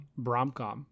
Bromcom